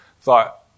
thought